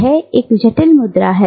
यह एक जटिल मुद्दा है